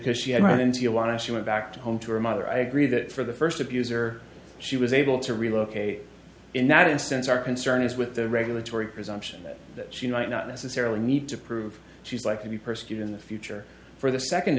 because she had run into you want to she went back home to her mother i agree that for the first abuser she was able to relocate in that instance our concern is with the regulatory presumption that she might not necessarily need to prove she's likely be persecuted in the future for the second